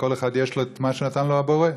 כל אחד יש לו מה שנתן לו הבורא,